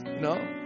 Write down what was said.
No